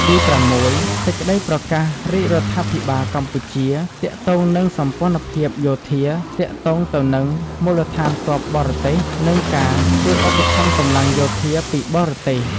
ទីប្រាំមួយ សេចក្តីប្រកាសរាជរដ្ឋាភិបាលកម្ពុជា ទាក់ទងនឹងសម្ព័ន្ធភាពយោធា ទាក់ទងទៅនឹង មូលដ្ឋានទ័ពបរទេស និងការជួយឧបត្ថម្ភកម្លាំងយោធាពីបរទេស។